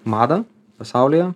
madą pasaulyje